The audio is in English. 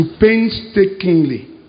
painstakingly